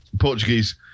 Portuguese